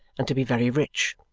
and to be very rich.